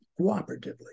cooperatively